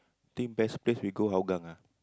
think best place we go Hougang ah